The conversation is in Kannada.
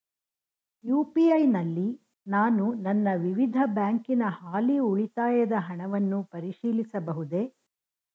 ಯು.ಪಿ.ಐ ನಲ್ಲಿ ನಾನು ನನ್ನ ವಿವಿಧ ಬ್ಯಾಂಕಿನ ಹಾಲಿ ಉಳಿತಾಯದ ಹಣವನ್ನು ಪರಿಶೀಲಿಸಬಹುದೇ?